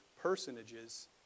personages